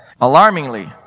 Alarmingly